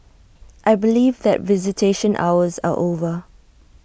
I believe that visitation hours are over